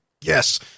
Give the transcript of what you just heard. yes